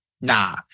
Nah